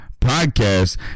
podcast